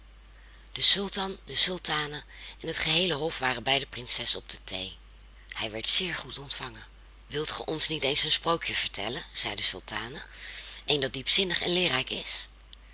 de sultan de sultane en het geheele hof waren bij de prinses op de thee hij werd zeer goed ontvangen wilt ge ons niet eens een sprookje vertellen zei de sultane een dat diepzinnig en leerrijk is